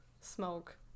smoke